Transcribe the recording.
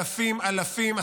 אלפים,